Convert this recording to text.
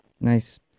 Nice